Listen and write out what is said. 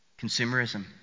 Consumerism